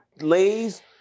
Lay's